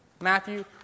Matthew